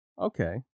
okay